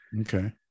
okay